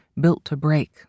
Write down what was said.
built-to-break